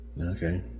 Okay